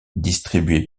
distribué